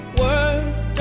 words